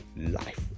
life